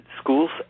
schools